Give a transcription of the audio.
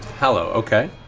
hallow? okay.